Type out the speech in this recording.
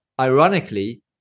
ironically